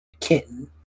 Kitten